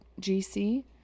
GC